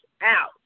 out